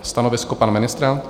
Stanovisko pana ministra?